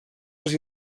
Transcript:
les